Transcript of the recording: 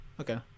Okay